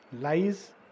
lies